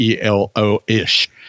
ELO-ish